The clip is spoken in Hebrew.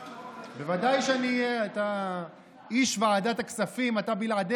יהיה בוועדת כספים, אתה מוזמן לבוא.